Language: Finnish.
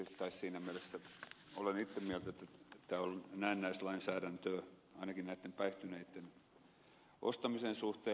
tai siinä mielessä olen itse sitä mieltä että tämä on näennäislainsäädäntöä ainakin näitten päihtyneitten osalta ostamisen suhteen